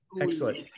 excellent